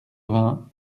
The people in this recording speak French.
vingts